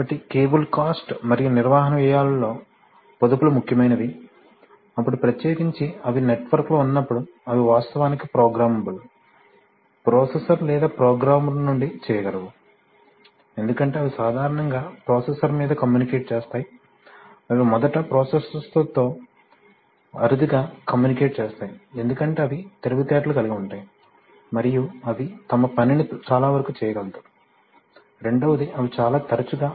కాబట్టి cable cost మరియు నిర్వహణ వ్యయాలలో పొదుపులు ముఖ్యమైనవి అప్పుడు ప్రత్యేకించి అవి నెట్వర్క్లో ఉన్నప్పుడు అవి వాస్తవానికి ప్రోగ్రామబుల్ ప్రొసెసర్ లేదా ప్రోగ్రామర్ నుండి చేయగలవు ఎందుకంటే అవి సాధారణంగా ప్రొసెసర్ మీద కమ్యూనికేట్ చేస్తాయి అవి మొదట ప్రొసెసర్తో అరుదుగా కమ్యూనికేట్ చేస్తాయి ఎందుకంటే అవి తెలివితేటలు కలిగి ఉంటాయి మరియు అవి తమ పనిని చాలావరకు చేయగలదు రెండవది అవి చాలా తరచుగా